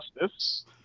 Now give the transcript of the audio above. Justice